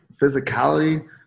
physicality